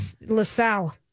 LaSalle